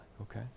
Okay